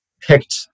picked